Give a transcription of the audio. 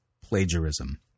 plagiarism